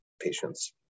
patients